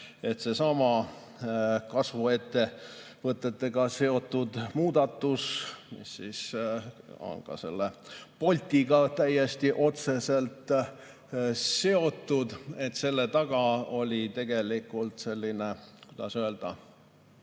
et seesama kasvuettevõtetega seotud muudatus, mis on Boltiga täiesti otseselt seotud – selle taga oli tegelikult selline, kuidas öelda,